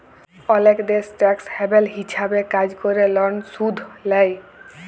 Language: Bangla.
অলেক দ্যাশ টেকস হ্যাভেল হিছাবে কাজ ক্যরে লন শুধ লেই